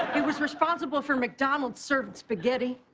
he was responsible for mcdonald's serving spaghetti.